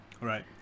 right